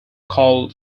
called